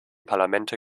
parlamente